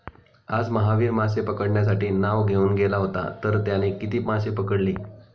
आज महावीर मासे पकडण्यासाठी नाव घेऊन गेला होता तर त्याने किती मासे पकडले?